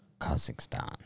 Kazakhstan